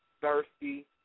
thirsty